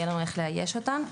יהיה לנו איך לאייש אותם.